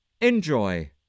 Enjoy